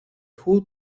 hood